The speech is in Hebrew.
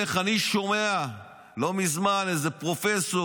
לא מזמן אני הולך ושומע איזה פרופסור,